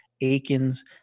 Aikens